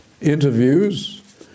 Interviews